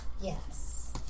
Yes